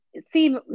see